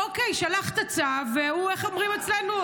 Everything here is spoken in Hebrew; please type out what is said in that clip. אוקיי, שלחת צו, ואיך אומרים אצלנו?